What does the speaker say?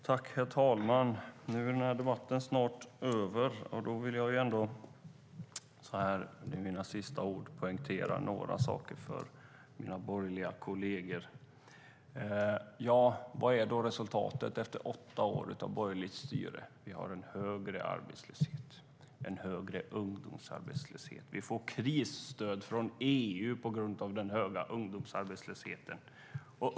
Herr talman! Nu när debatten snart är över ska jag använda mina sista ord till att poängtera några saker för mina borgerliga kolleger. Vad är resultatet efter åtta år av borgerligt styre? Vi har en högre arbetslöshet och en högre ungdomsarbetslöshet. Vi får krisstöd från EU på grund av den höga ungdomsarbetslösheten.